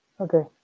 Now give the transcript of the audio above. Okay